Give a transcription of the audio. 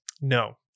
No